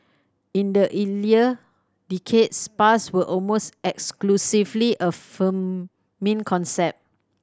in the decades spas were almost exclusively a concept